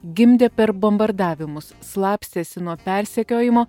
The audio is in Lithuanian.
gimdė per bombardavimus slapstėsi nuo persekiojimo